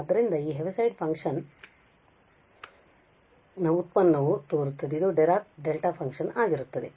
ಆದ್ದರಿಂದ ಈ Heaviside function ನ ವ್ಯುತ್ಪನ್ನವು ತೋರುತ್ತದೆ ಇದು ಡೈರಾಕ್ ಡೆಲ್ಟಾ ಫಂಕ್ಷನ್ ಆಗಿರುತ್ತದೆ